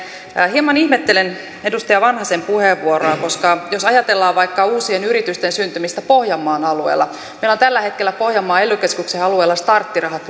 hieman ihmettelen edustaja vanhasen puheenvuoroa koska jos ajatellaan vaikka uusien yritysten syntymistä pohjanmaan alueella meillä on tällä hetkellä pohjanmaan ely keskuksen alueella starttirahat